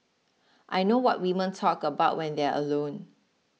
I know what women talk about when they're alone